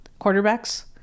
Quarterbacks